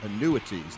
annuities